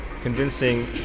convincing